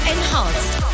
Enhanced